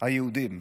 היהודים.